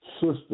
sister